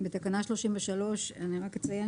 אציין